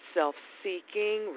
self-seeking